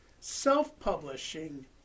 self-publishing